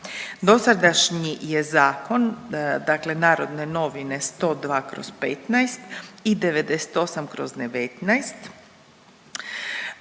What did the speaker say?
Dosadašnji je zakon, dakle Narodne novine 102/15 i 98/19.